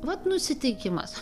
vat nusiteikimas